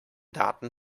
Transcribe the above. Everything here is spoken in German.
daten